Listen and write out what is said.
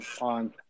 on